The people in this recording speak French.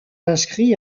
inscrits